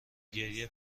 گریه